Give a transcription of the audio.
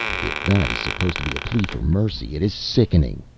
if that is supposed to be a plea for mercy, it is sickening,